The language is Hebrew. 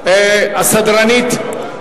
הסדרנית,